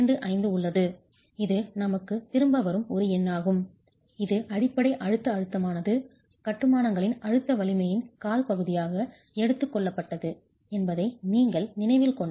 25 உள்ளது இது நமக்குத் திரும்ப வரும் ஒரு எண்ணாகும் இது அடிப்படை அழுத்த அழுத்தமானது கட்டுமானங்களின் அழுத்த வலிமையின் கால் பகுதியாக எடுத்துக் கொள்ளப்பட்டது என்பதை நீங்கள் நினைவில் கொண்டால்